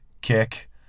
kick